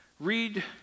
Read